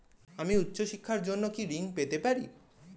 আমি উচ্চশিক্ষার জন্য কি ঋণ পেতে পারি?